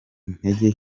intege